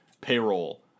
payroll